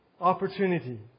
opportunity